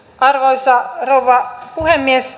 arvoisa rouva puhemies